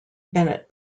bennett